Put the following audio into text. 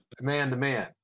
man-to-man